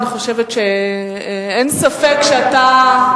אני חושבת שאין ספק שאתה,